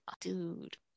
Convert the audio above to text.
dude